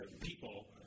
people